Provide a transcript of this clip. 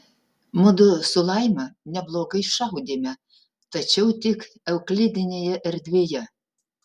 mudu su laima neblogai šaudėme tačiau tik euklidinėje erdvėje